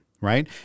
right